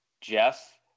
Jeff